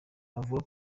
avuga